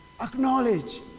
Acknowledge